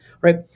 right